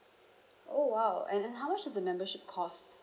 oh !wow! and and how much does the membership cost